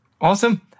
Awesome